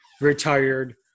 retired